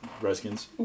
Redskins